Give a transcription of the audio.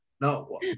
no